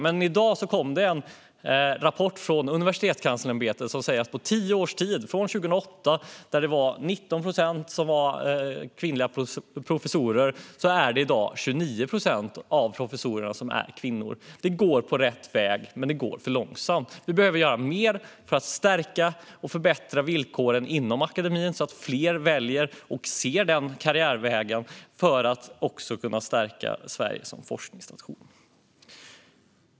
I dag kom dock en rapport från Universitetskanslersämbetet som visar att det 2008 var 19 procent av professorerna som var kvinnor, och i dag är det 29 procent. Det går åt rätt håll, men det går för långsamt. Vi behöver göra mer för att stärka och förbättra villkoren inom akademien så att fler ser och väljer den karriärvägen. Detta stärker också Sverige som forskningsnation.